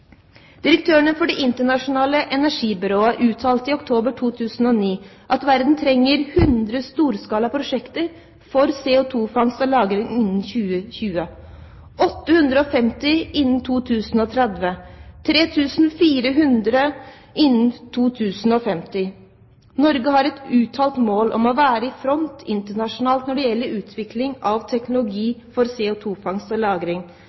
for Det internasjonale energibyrå uttalte i oktober 2009 at verden trenger hundre storskala prosjekter for CO2-fangst og -lagring innen 2020, 850 innen 2030 og 3 400 innen 2050. Norge har et uttalt mål om å være i front internasjonalt når det gjelder utvikling av teknologi for CO2-fangst og